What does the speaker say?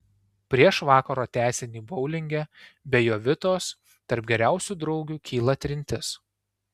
prieš vakaro tęsinį boulinge be jovitos tarp geriausių draugių kyla trintis